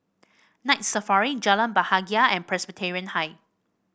Night Safari Jalan Bahagia and Presbyterian High